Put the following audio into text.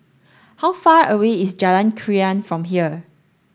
how far away is Jalan Krian from here